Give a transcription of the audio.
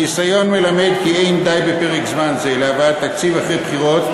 הניסיון מלמד כי אין די בפרק זמן זה להבאת תקציב אחרי הבחירות,